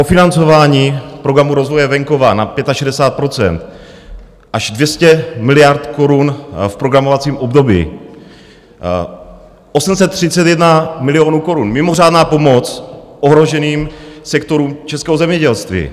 Kofinancování Programu rozvoje venkova na 65 %, až 200 miliard korun v programovacím období, 831 milionů korun, mimořádná pomoc ohroženým sektorům českého zemědělství.